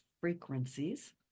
frequencies